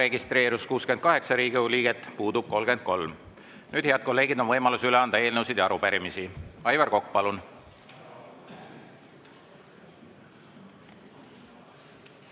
registreerus 68 Riigikogu liiget, puudub 33.Nüüd, head kolleegid, on võimalus üle anda eelnõusid ja arupärimisi. Aivar Kokk, palun!